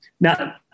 now